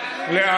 זה לא,